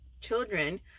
children